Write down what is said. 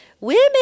Women